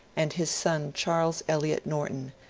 and his son charles eliot norton,